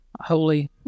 holy